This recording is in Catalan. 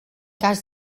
cas